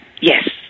yes